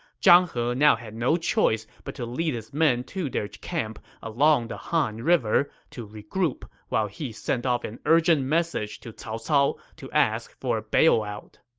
zhang he now had no choice but to lead his men to their camp along the han river to regroup while he sent off an urgent message to cao cao to ask for a bailout